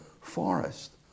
forest